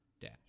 dash